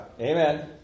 Amen